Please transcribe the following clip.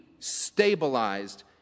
stabilized